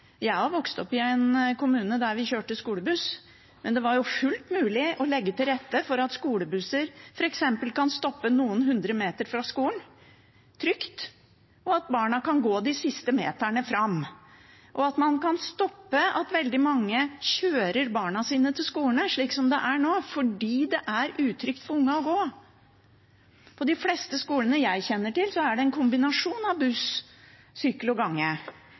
Jeg har vokst opp i en kommune der vi kjørte skolebuss. Det er jo fullt mulig å legge til rette for at skolebusser f.eks. kan stoppe trygt noen hundre meter fra skolen, og at barna kan gå de siste meterne fram – at man kan stoppe at veldig mange kjører barna sine til skolene, slik som det er nå, fordi det er utrygt for ungene å gå. På de fleste skolene jeg kjenner til, er det en kombinasjon av buss, sykkel og gange.